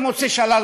בישיבה.